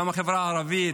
וגם בחברה הערבית,